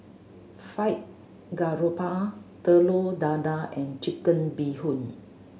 Fried Garoupa Telur Dadah and Chicken Bee Hoon